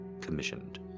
Commissioned